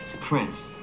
Prince